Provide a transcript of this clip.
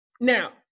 Now